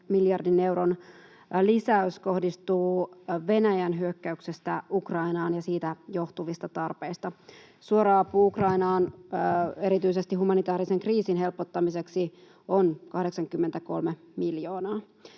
miljardin euron lisäys, kohdistuu Venäjän Ukrainaan hyökkäyksestä johtuviin tarpeisiin. Suora apu Ukrainaan erityisesti humanitäärisen kriisin helpottamiseksi on 83 miljoonaa.